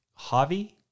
javi